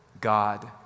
God